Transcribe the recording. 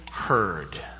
heard